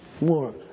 more